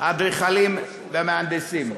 האדריכלים והמהנדסים.